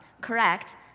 correct